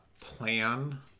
plan